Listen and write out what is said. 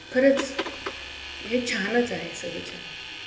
खरंच हे छानच आहे सगळं छान